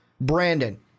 Brandon